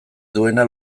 duena